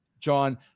John